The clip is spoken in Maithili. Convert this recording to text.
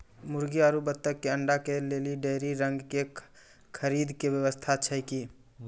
मुर्गी आरु बत्तक के अंडा के लेली डेयरी रंग के खरीद के व्यवस्था छै कि?